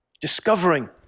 discovering